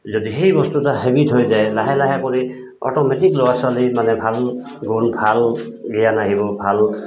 যদি সেই বস্তুটো হেভিড হৈ যায় লাহে লাহে কৰি অটো'মেটিক ল'ৰা ছোৱালীৰ মানে ভাল গুণ ভাল জ্ঞান আহিব ভাল